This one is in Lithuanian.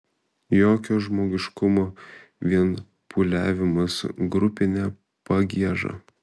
jokio žmogiškumo vien pūliavimas grupine pagieža